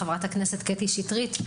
חברת הכנסת קטי שטרית,